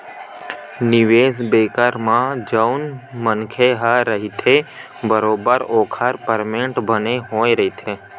निवेस बेंकर म जउन मनखे ह रहिथे बरोबर ओखर परसेंट बने होय रहिथे